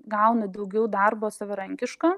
gauna daugiau darbo savarankiško